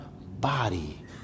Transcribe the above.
body